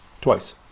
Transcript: twice